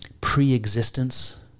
pre-existence